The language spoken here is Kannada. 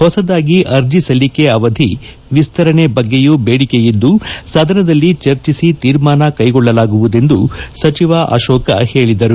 ಹೊಸದಾಗಿ ಅರ್ಜಿ ಸಲ್ಲಿಕೆ ಅವಧಿ ವಿಸ್ತರಣೆ ಬಗ್ಗೆಯೂ ಬೇಡಿಕೆಯಿದ್ದು ಸದನದಲ್ಲಿ ಚರ್ಚಿಸಿ ತೀರ್ಮಾನ ಕ್ಷೆಗೊಳ್ಟಲಾಗುವುದೆಂದು ಸಚಿವ ಅಶೋಕ ಹೇಳಿದರು